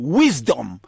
wisdom